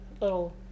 little